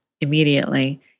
immediately